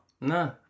No